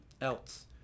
else